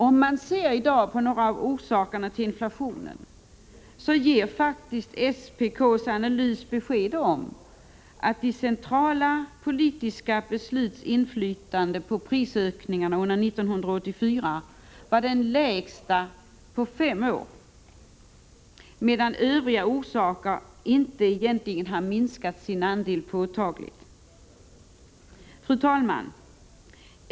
Om man studerar några av orsakerna till inflationen, finner man att SPK:s analys ger besked om att de centrala politiska beslutens inflytande på prisökningarna under 1984 var det lägsta på fem år. Övriga orsaker har däremot inte påtagligt minskat sin andel. Fru talman!